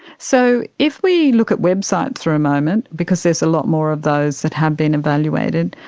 so if we look at websites for a moment, because there's a lot more of those that have been evaluated,